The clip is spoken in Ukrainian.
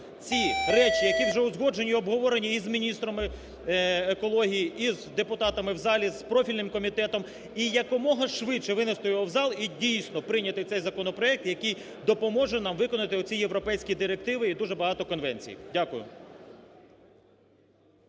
ці речі, які вже узгоджені, обговорені і з міністрами екології, і з депутатами в залі, з профільним комітетом, і якомога швидше винести його в зал і дійсно прийняти цей законопроект, який допоможе нам виконати оці європейські директиви і дуже багато конвенцій. Дякую.